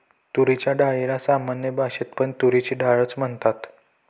तुरीच्या डाळीला सामान्य भाषेत पण तुरीची डाळ च म्हणतात